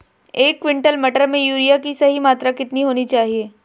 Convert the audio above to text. एक क्विंटल मटर में यूरिया की सही मात्रा कितनी होनी चाहिए?